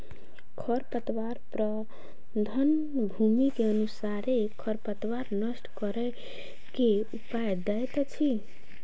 खरपतवार प्रबंधन, भूमि के अनुसारे खरपतवार नष्ट करै के उपाय दैत अछि